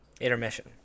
Intermission